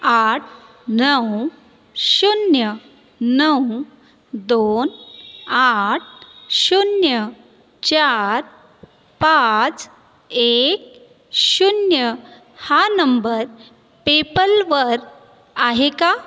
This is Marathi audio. आठ नऊ शून्य नऊ दोन आठ शून्य चार पाच एक शून्य हा नंबर पेपल वर आहे का